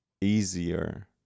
easier